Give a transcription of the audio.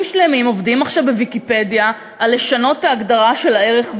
שלמים עובדים עכשיו ב"ויקיפדיה" לשנות את ההגדרה של הערך "זיגזוג".